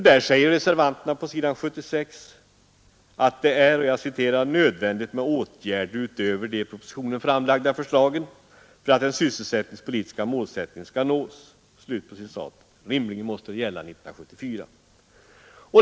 Där säger reservanterna på s. 76 att det är ”nödvändigt med åtgärder utöver de i propositionen framlagda förslagen för att den sysselsättningspolitiska målsättningen skall nås”. Rimligen måste det gälla 1974.